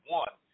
one